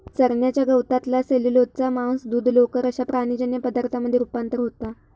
चरण्याच्या गवतातला सेल्युलोजचा मांस, दूध, लोकर अश्या प्राणीजन्य पदार्थांमध्ये रुपांतर होता